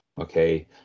Okay